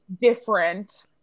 different